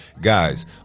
guys